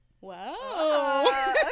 Wow